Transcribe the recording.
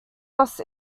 lost